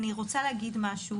אני רוצה להגיד משהו.